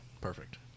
Perfect